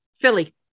Philly